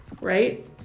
right